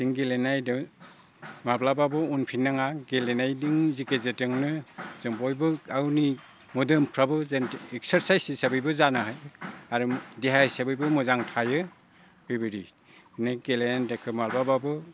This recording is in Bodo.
जों गेलेनायदो माब्लाबाबो उनफिन नाङा गेलेनायदों जि गेजेरदोंनो जों बयबो गावनि मोदोमफ्राबो जेन एक्सारसाय्स हिसाबैबो जानाय आरो देहा हिसाबैबो मोजां थायो बेबायदि बिदिनो गेलेनायनि थाखाय माब्लाबाबो